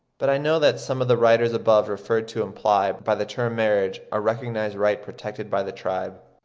but i know that some of the writers above referred to imply by the term marriage a recognised right protected by the tribe.